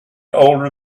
older